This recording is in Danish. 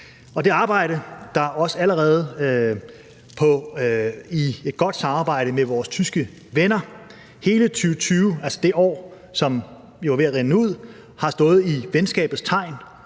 jeg gør det også personligt – i et godt samarbejde med vores tyske venner. Hele 2020, altså det år, som jo er ved at rinde ud, har stået i venskabets tegn.